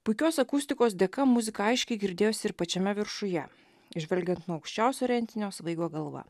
puikios akustikos dėka muzika aiškiai girdėjosi ir pačiame viršuje žvelgiant nuo aukščiausio rentinio svaigo galva